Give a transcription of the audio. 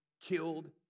killed